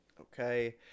Okay